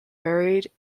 buried